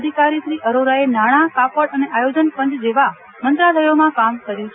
અધિકારી શ્રી અરોરાએ નાણા કાપડ અને આયોજન પાંચ જેવા મંત્રાલયોમાં કામ કર્યું છે